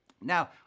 Now